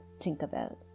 Tinkerbell